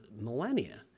millennia